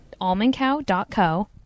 almondcow.co